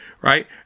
Right